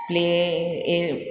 play A